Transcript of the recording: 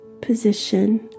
position